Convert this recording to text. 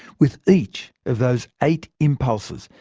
with each of those eight impulses,